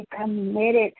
committed